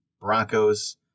Broncos